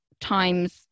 Times